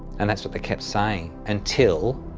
and that's what they kept saying. until,